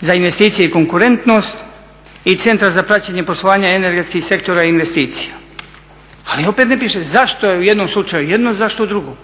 za investicije i konkurentnost i Centra za praćenje poslovanja energetskih sektora i investicija, ali opet ne piše zašto je u jednom slučaju jedno, zašto u drugom?